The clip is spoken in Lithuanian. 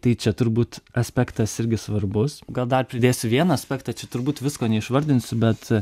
tai čia turbūt aspektas irgi svarbus gal dar pridėsiu vieną aspektą čia turbūt visko neišvardinsiu bet